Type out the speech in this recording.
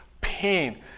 Pain